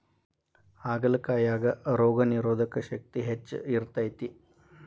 ಹಾಗಲಕಾಯಾಗ ರೋಗನಿರೋಧಕ ಶಕ್ತಿ ಹೆಚ್ಚ ಇರ್ತೈತಿ